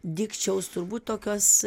dikčiaus turbūt tokios